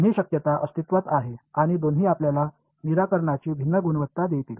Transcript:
दोन्ही शक्यता अस्तित्वात आहेत आणि दोन्ही आपल्याला निराकरणाची भिन्न गुणवत्ता देतील